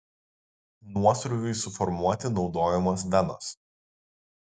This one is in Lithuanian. nuosrūviui suformuoti naudojamos venos